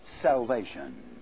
salvation